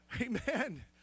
Amen